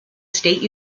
state